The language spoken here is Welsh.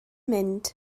mynd